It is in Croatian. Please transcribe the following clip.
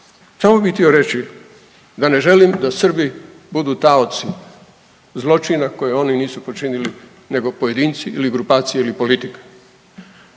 Samo bi htio reći da ne želim da Srbi budu taoci zločina koji oni nisu počinili nego pojedinci ili grupacije ili politika.